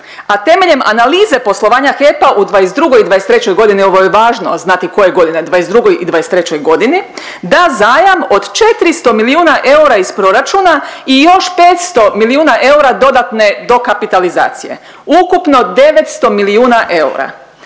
a temeljem analize poslovanja HEP-a u '22. i '23.g., ovo je važno znati koje godine, u '22. i '23.g., da zajam od 400 milijuna eura iz proračuna i još 500 milijuna eura dodatne dokapitalizacije, ukupno 900 milijuna eura.